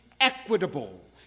equitable